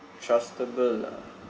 trustable lah